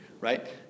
right